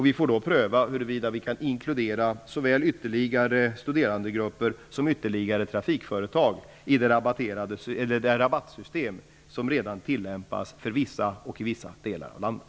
Vi får då pröva huruvida vi kan inkludera såväl ytterligare studerandegrupper som ytterligare trafikföretag i det rabattsystem som redan tillämpas för vissa och i vissa delar av landet.